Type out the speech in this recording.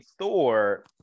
Thor